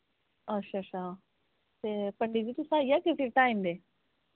अच्छा अच्छा ते पंडित जी तुस आई जाग्गे फिर टाइम दे